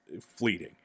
fleeting